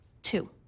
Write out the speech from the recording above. Two